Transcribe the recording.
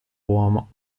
uomo